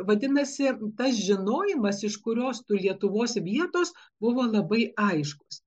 vadinasi tas žinojimas iš kurios tų lietuvos vietos buvo labai aiškus